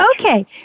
Okay